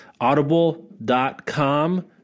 Audible.com